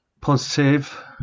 Positive